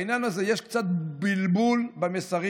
בעניין הזה יש קצת בלבול במסרים,